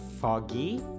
Foggy